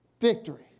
victory